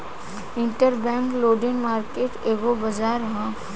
interbank lending market एगो बाजार ह